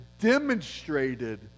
demonstrated